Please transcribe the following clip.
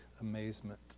amazement